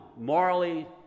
Morally